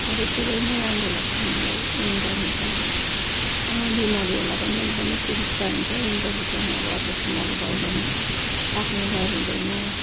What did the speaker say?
हरेक कुरो नै राम्रो लाग्छ मलाई विन्टरमा चाहिँ अब बिमारीहरूलाई पनि एकदमै सुबिस्ता हुन्छ विन्टर सिजनमा अब अप्रेसनहरू भयो भने पाक्ने डर हुँदैन